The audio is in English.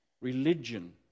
religion